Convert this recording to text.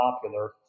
popular